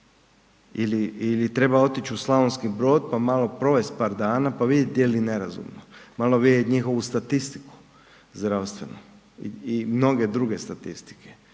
ili treba otić u Slavonski Brod, pa malo provest par dana, pa vidit je li nerazumno, malo vidjet njihovu statistiku zdravstvenu i mnoge druge statistike.